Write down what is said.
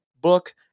book